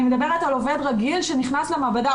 אני מדברת על עובד רגיל שנכנס למעבדה,